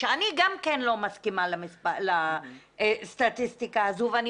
שאני גם כן לא מסכימה לסטטיסטיקה הזו ואני